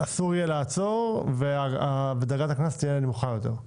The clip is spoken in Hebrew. אסור יהיה לעצור וגובה הקנס יהיה נמוך יותר.